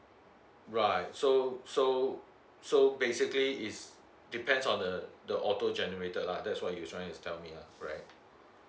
right so so so basically it's depends on the the auto generator lah that's what you're trying to tell me lah right